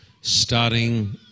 starting